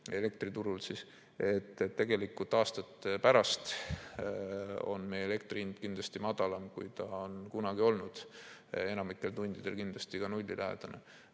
elektriturul. Tegelikult aastate pärast on meie elektri hind kindlasti madalam, kui see on kunagi olnud, enamikul tundidel kindlasti nullilähedane.